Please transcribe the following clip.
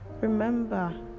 remember